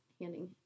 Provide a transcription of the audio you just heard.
Handing